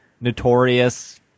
Notorious